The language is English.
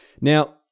Now